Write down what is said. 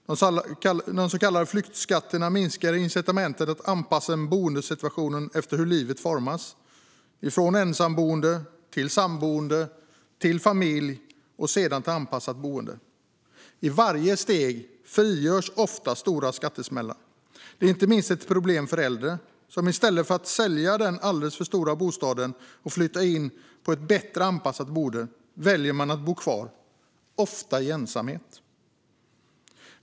De så kallade flyttskatterna minskar incitamenten att anpassa boendesituationen efter hur livet formas - från ensamboende, till samboende, till familj och sedan till anpassat boende. I varje steg frigörs ofta stora skattesmällar. Det är inte minst ett problem för äldre, som i stället för att sälja den alldeles för stora bostaden och flytta in i ett bättre anpassat boende väljer att bo kvar - ofta i ensamhet.